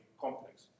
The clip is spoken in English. complex